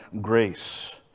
grace